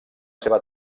seva